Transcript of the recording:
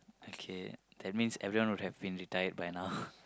okay that means everyone would have been retire by now